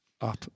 up